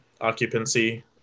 occupancy